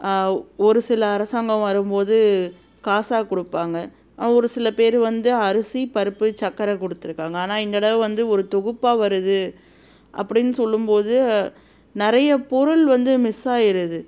ஒரு சில அரசாங்கம் வரும் போது காசாக கொடுப்பாங்க ஒரு சில பேர் வந்து அரிசி பருப்பு சக்கரை கொடுத்துருக்காங்க ஆனால் இந்த தடவை வந்து ஒரு தொகுப்பாக வருது அப்படின் சொல்லும் போது நிறைய பொருள் வந்து மிஸ் ஆயிடுது